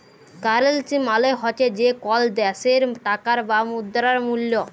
currency মালে হছে যে কল দ্যাশের টাকার বা মুদ্রার মূল্য